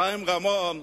חיים רמון,